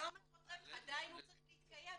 ללא מטרות רווח אבל הוא עדיין צריך להתקיים.